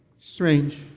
Strange